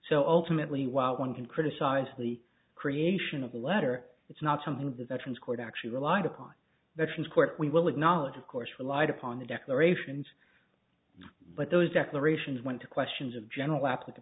ultimately while one can criticize the creation of the letter it's not something the veterans court actually relied upon veterans court we will acknowledge of course relied upon the declarations but those declarations went to questions of general applica